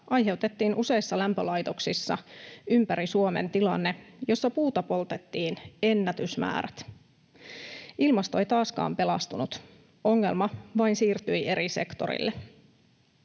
aiheutettiin useissa lämpölaitoksissa ympäri Suomen tilanne, jossa puuta poltettiin ennätysmäärät. Ilmasto ei taaskaan pelastunut, ongelma vain siirtyi eri sektorille.